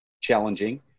challenging